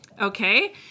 Okay